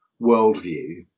worldview